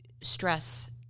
stress